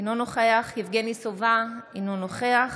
אינו נוכח יבגני סובה, אינו נוכח